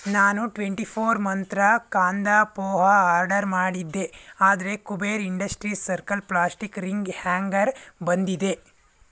ನಾನು twenty four Mantra kanda poha order ಮಾಡಿದ್ದೆ ಆದರೆ Kuber Industries circle plastic ring hanger ಬಂದಿದೆ